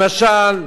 למשל,